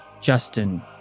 Justin